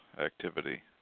activity